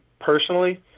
personally